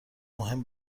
مهم